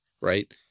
right